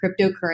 cryptocurrency